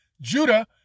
Judah